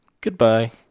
goodbye